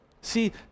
See